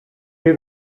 day